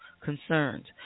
concerns